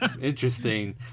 Interesting